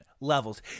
levels